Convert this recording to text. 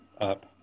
up